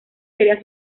sería